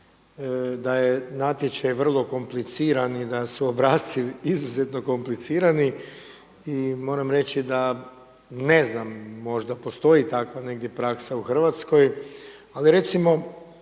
da je natječaj vrlo kompliciran i da su obrasci izuzetno komplicirati. I moram reći da ne znam možda postoji takva negdje praksa u Hrvatskoj. Ali recimo